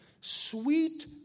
sweet